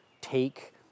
take